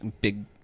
big